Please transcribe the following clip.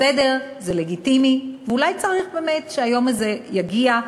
בסדר, זה לגיטימי ואולי צריך באמת שהיום הזה יגיע,